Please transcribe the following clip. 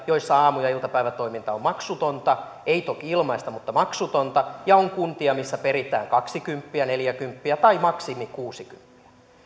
joissa aamu ja iltapäivätoiminta on maksutonta ei toki ilmaista mutta maksutonta ja on kuntia missä peritään kaksikymppiä neljäkymppiä tai maksimi kuusikymppiä